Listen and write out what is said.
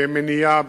במניעה,